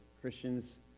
Christians